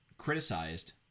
criticized